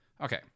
Okay